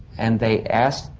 and they asked.